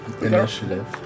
initiative